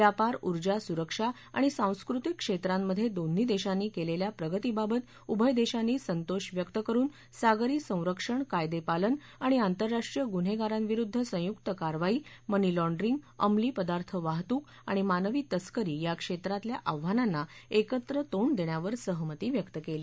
व्यापार ऊर्जा सुरक्षा आणि सांस्कृतिक क्षेत्रांमध्ये दोन्ही देशांनी केलेल्या प्रगतीबाबत उभय देशांनी संतोष व्यक्त करुन सागरी संरंक्षण कायदेपालन आणि आंतरराष्ट्रीय गुन्हेगारांविरूद्ध संयुक कारवाई मनीलाँडरींग अंमली पदार्थ वाहतूक आणि मानवी तस्करी या क्षेत्रातल्या आव्हानांना एकत्र तोंड देण्यावर सहमती व्यक्त केली